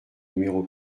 numéro